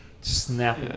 Snap